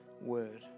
Word